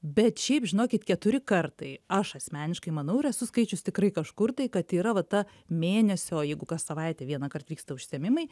bet šiaip žinokit keturi kartai aš asmeniškai manau ir esu skaičius tikrai kažkur tai kad yra va ta mėnesio jeigu kas savaitę vienąkart vyksta užsiėmimai